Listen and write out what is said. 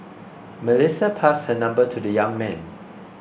Melissa passed her number to the young man